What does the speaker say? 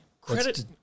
Credit